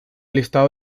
listado